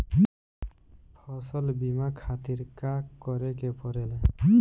फसल बीमा खातिर का करे के पड़ेला?